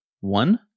one